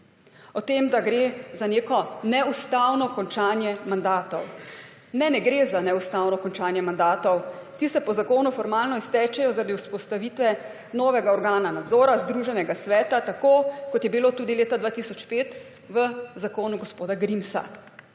o tem, da gre za neko neustavno končanje mandatov. Ne, ne gre za neustavno končanje mandatov. Ti se po zakonu formalno iztečejo zaradi vzpostavitve novega organa nadzora, združenega sveta, tako kot je bilo tudi leta 2005 v zakonu gospoda Grimsa.